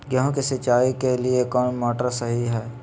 गेंहू के सिंचाई के लिए कौन मोटर शाही हाय?